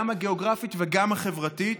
גם הגיאוגרפית וגם החברתית,